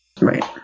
Right